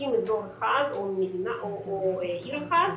לוקחים אזור אחד או עיר אחת,